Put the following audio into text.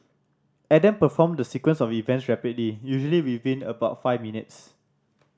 Adam performed the sequence of events rapidly usually within about five minutes